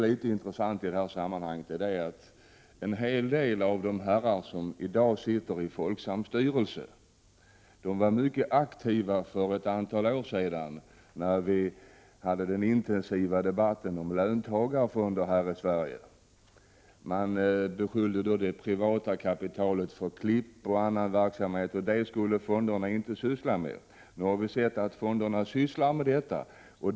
Litet intressant i sammanhanget är också att en hel del av de herrar som i dag sitter i Folksams styrelse var mycket aktiva för ett antal år sedan, när vi hade den intensiva debatten om löntagarfonder här i Sverige. Man beskyllde då det privata kapitalet för ”klipp” och annan verksamhet. Det skulle fonderna inte syssla med. Nu har vi sett att fonderna sysslar med sådant.